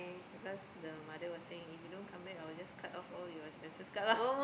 because the mother was saying if you don't come back I will just cut off all your expenses card lah